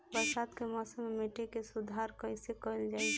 बरसात के मौसम में मिट्टी के सुधार कइसे कइल जाई?